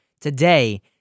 today